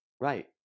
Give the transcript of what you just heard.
Right